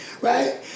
Right